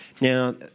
Now